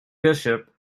bishop